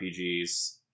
RPGs